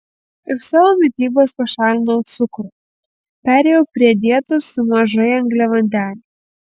iš savo mitybos pašalinau cukrų perėjau prie dietos su mažai angliavandenių